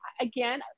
again